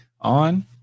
on